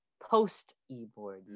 post-eBoard